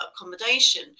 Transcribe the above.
accommodation